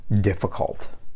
difficult